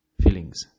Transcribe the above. feelings